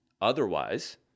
otherwise